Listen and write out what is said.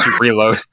reload